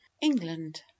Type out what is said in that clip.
England